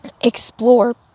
explore